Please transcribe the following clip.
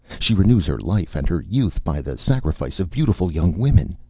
she renews her life and her youth by the sacrifice of beautiful young women.